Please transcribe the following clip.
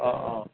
অঁ অঁ